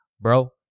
Bro